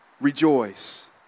rejoice